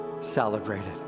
celebrated